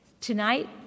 Tonight